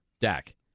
Dak